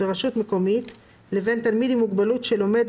ורשות מקומית לבין תלמיד עם מוגבלות שלומד,